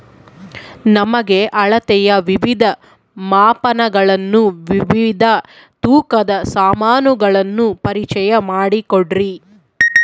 ನಮಗೆ ಅಳತೆಯ ವಿವಿಧ ಮಾಪನಗಳನ್ನು ವಿವಿಧ ತೂಕದ ಸಾಮಾನುಗಳನ್ನು ಪರಿಚಯ ಮಾಡಿಕೊಡ್ರಿ?